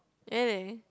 really